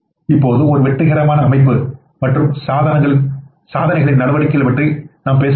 இப்போது ஒரு வெற்றிகரமான அமைப்பு மற்றும் சாதனைகளின் நடவடிக்கைகள் பற்றி நாம் பேசுகிறோம்